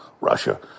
Russia